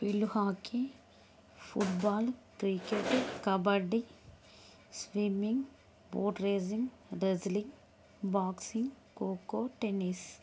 field hockey football cricket kabaddi swimming boat racing wrestling boxing kho kho tennis